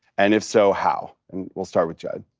and if so, how? and we'll start with judd.